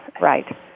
Right